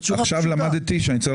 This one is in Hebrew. כדאי שבינינו